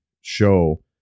show